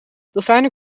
dolfijnen